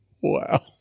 Wow